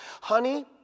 Honey